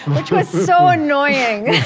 which was so annoying,